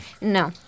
No